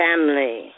family